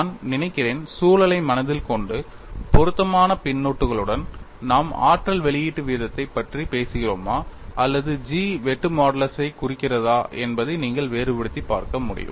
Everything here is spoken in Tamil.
நான் நினைக்கிறேன் சூழலை மனதில் கொண்டு பொருத்தமான பின்னொட்டுகளுடன் நாம் ஆற்றல் வெளியீட்டு வீதத்தைப் பற்றி பேசுகிறோமா அல்லது G வெட்டு மாடுலஸைக் குறிக்கிறதா என்பதை நீங்கள் வேறுபடுத்திப் பார்க்க முடியும்